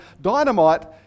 dynamite